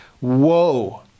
Woe